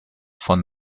von